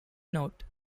notes